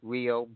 Rio